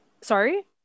Sorry